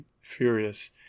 furious